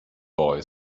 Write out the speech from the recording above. boy